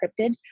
encrypted